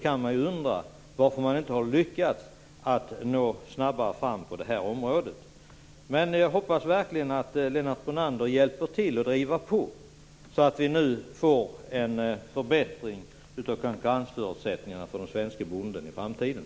Man kan ju undra varför de inte har lyckats nå snabbare fram på det här området. Jag hoppas verkligen att Lennart Brunander hjälper till att driva på så att det blir en förbättring av konkurrensförutsättningarna för den svenska bonden i framtiden.